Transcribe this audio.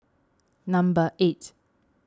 number eight